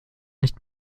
nicht